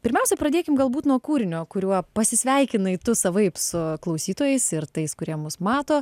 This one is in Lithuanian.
pirmiausia pradėkim galbūt nuo kūrinio kuriuo pasisveikinai tu savaip su klausytojais ir tais kurie mus mato